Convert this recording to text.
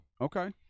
Okay